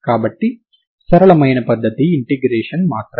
కాబట్టి సరళమైన పద్ధతి ఇంటిగ్రేషన్ మాత్రమే